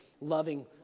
loving